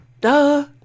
Duh